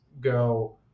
go